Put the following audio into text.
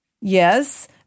yes